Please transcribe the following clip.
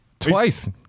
Twice